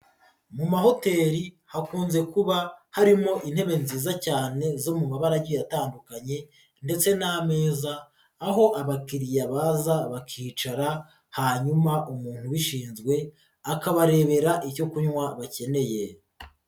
Mu mahoteli hakunze kuba harimo intebe nziza cyane zo mu mabara agiye atandukanye ndetse n'ameza, aho abakiriya baza bakicara hanyuma umuntu ubishinzwe akabarebera icyo kunywa bakeneye.